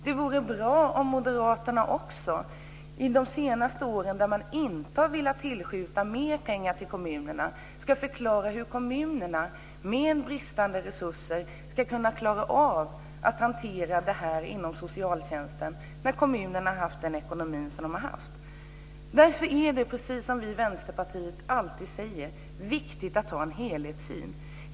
Det vore bra om moderaterna också, med tanke på att man de senaste åren inte har velat skjuta till mer pengar till kommunerna, kunde förklara hur kommunerna med bristande resurser och den ekonomi de har haft ska klara av att hantera detta inom socialtjänsten. Därför är det, precis som vi i Vänsterpartiet alltid säger, viktigt att ha en helhetssyn.